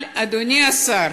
אבל, אדוני השר,